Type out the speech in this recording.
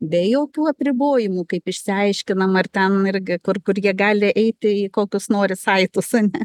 be jokių apribojimų kaip išsiaiškinam ar ten irgi kur kur jie gali eiti į kokius nori saitus ane